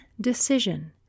decision